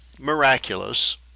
miraculous